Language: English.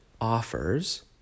offers